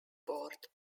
board